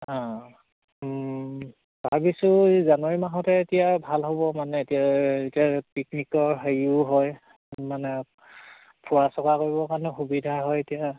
অঁ ভাবিছোঁ এই জানুৱাৰী মাহতে এতিয়া ভাল হ'ব মানে এতিয়া এতিয়া পিকনিকৰ হেৰিও হয় মানে ফুৰা চকা কৰিবৰ কাৰণে সুবিধা হয় এতিয়া